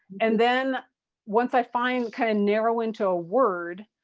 and then once i find, kind of narrow into a word,